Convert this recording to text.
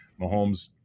Mahomes